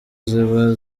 ziba